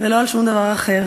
ולא על שום דבר אחר.